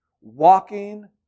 walking